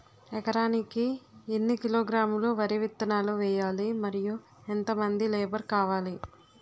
ఎకరానికి ఎన్ని కిలోగ్రాములు వరి విత్తనాలు వేయాలి? మరియు ఎంత మంది లేబర్ కావాలి?